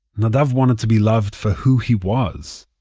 nadav wanted to be loved for who he was.